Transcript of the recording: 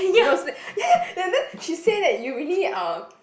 no ya ya and then she say that you really uh